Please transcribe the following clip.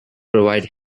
provide